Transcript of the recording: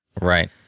Right